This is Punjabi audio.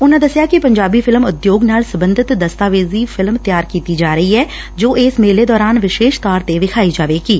ਉਨਾਂ ਦੱਸਿਆ ਕਿ ਪੰਜਾਬੀ ਫਿਲਮ ਉਦਯੋਗ ਨਾਲ ਸਬੰਧਤ ਦਸਤਾਵੇਜੀ ਫਿਲਮ ਤਿਆਰ ਕੀਤੀ ਜਾ ਰਹੀ ਐ ਜੋ ਇਸ ਮੇਲੇ ਦੌਰਾਨ ਵਿਸੇਸ਼ ਤੌਰ ਤੇ ਵਿਖਾਈ ਜਾਵੇਗੀ